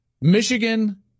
Michigan